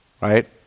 right